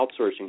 outsourcing